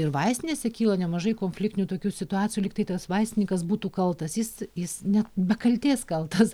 ir vaistinėse kyla nemažai konfliktinių tokių situacijų lyg tai tas vaistininkas būtų kaltas jis jis net be kaltės kaltas